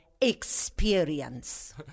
experience